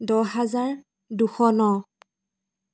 দহ হাজাৰ দুশ ন